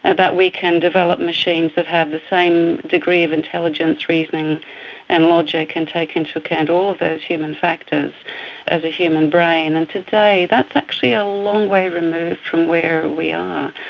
and that we can develop machines that have the same degree of intelligence, reasoning and logic and take into account all of those human factors as a human brain. and today that's actually a long way removed from where we are.